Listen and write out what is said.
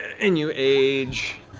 and you age